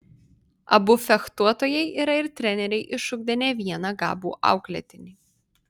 abu fechtuotojai yra ir treneriai išugdę ne vieną gabų auklėtinį